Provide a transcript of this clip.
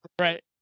right